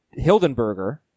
Hildenberger